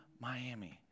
Miami